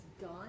done